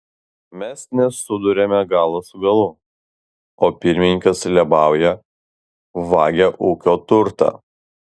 mes nesuduriame galo su galu o pirmininkas lėbauja vagia ūkio turtą